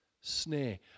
snare